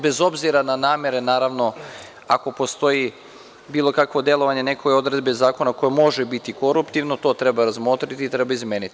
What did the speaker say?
Bez obzira na namere, naravno, ako postoji bilo kakvo delovanje nekoj odredbi zakona koje može biti koruptivno, to treba razmotriti i treba izmeniti.